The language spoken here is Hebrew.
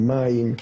מים,